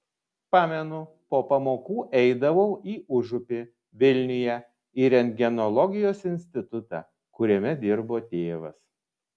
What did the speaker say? pamenu po pamokų eidavau į užupį vilniuje į rentgenologijos institutą kuriame dirbo tėvas